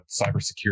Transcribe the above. cybersecurity